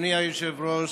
אדוני היושב-ראש,